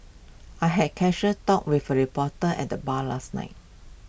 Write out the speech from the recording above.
I had A casual chat with A reporter at the bar last night